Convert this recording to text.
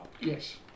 Yes